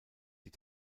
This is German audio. die